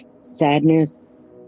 sadness